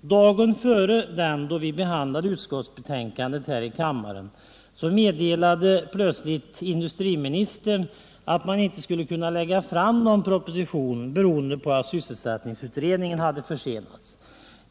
Dagen före den då vi behandlade utskottsbetänkandet här i kammaren meddelade plötsligt industriministern att man inte skulle kunna lägga fram någon proposition, beroende på att sysselsättningsutredningen hade försenats.